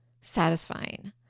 satisfying